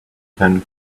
pen